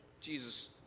Jesus